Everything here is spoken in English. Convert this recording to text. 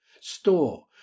store